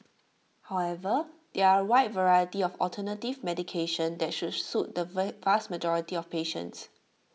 however there are A wide variety of alternative medication that should suit the vast majority of patients